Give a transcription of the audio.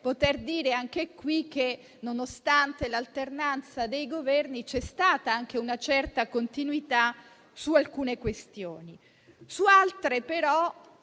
poter dire anche in questa sede che, nonostante l'alternanza dei Governi, c'è stata una certa continuità su alcune questioni; su altre, però,